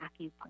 acupuncture